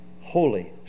Holy